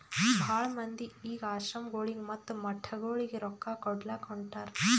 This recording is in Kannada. ಭಾಳ ಮಂದಿ ಈಗ್ ಆಶ್ರಮಗೊಳಿಗ ಮತ್ತ ಮಠಗೊಳಿಗ ರೊಕ್ಕಾ ಕೊಡ್ಲಾಕ್ ಹೊಂಟಾರ್